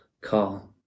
call